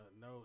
no